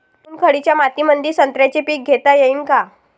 चुनखडीच्या मातीमंदी संत्र्याचे पीक घेता येईन का?